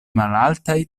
malaltaj